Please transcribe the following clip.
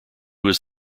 was